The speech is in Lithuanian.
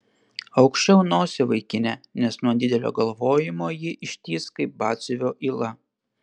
aukščiau nosį vaikine nes nuo didelio galvojimo ji ištįs kaip batsiuvio yla